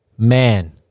Man